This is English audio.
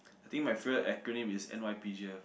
I think my favourite acronym is n_y_p_g_f lah